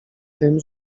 tym